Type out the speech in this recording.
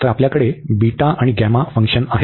तर आपल्याकडे बीटा आणि गॅमा फंक्शन आहेत